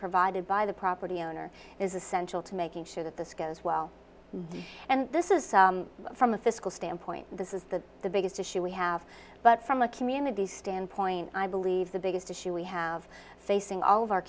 provided by the property owner is essential to making sure that this goes well and this is so from a fiscal standpoint this is the the biggest issue we have but from a community standpoint i believe the biggest issue we have facing all of our